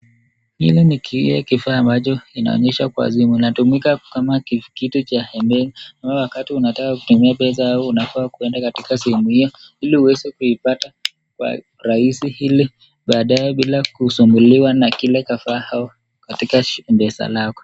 Hili ni kiweke kifaa cha maji inaonyesha kwa zimio inatumika kama kitu cha heming. wakati unataka kutumia pesa unapaswa kwenda katika simu hiyo ili uweze kuipata kwa rahisi ili baadaye bila kusumbuliwa na kile kafaa au katika shindesala lako.